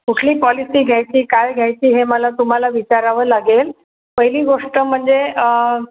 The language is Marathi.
कुठली पॉलिसी घ्यायची काय घ्यायची हे मला तुम्हाला विचारावं लागेल पहिली गोष्ट म्हणजे